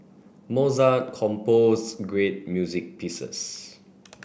Mozart composed great music pieces